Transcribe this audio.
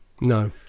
No